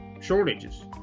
shortages